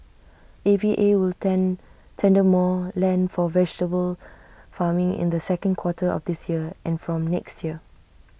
A V A will tender more land for vegetable farming in the second quarter of this year and from next year